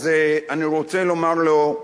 אז אני רוצה לומר לו,